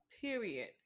period